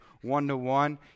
one-to-one